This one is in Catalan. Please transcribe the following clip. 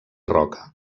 roca